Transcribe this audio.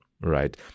Right